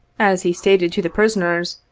as he stated to the prisoners,